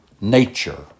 nature